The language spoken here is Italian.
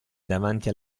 davanti